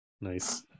Nice